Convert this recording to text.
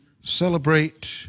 celebrate